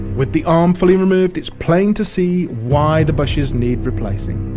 with the arm fully removed, it's plain to see why the bushes need replacing.